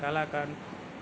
kalakand